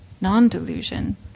non-delusion